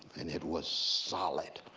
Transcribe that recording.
and it was solid.